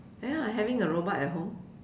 ya having a robot at home